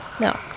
No